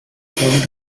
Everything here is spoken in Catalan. poden